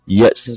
yes